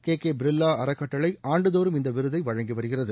K K Birla அறக்கட்டளை ஆண்டுதோறும் இந்த விருதை வழங்கி வருகிறது